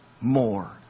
more